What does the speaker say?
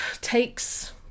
Takes